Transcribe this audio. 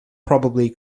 probably